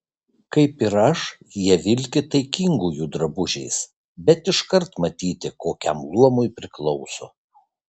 kaip ir aš jie vilki taikingųjų drabužiais bet iškart matyti kokiam luomui priklauso